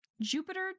Jupiter